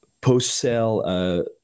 post-sale